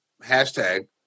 hashtag